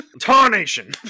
Tarnation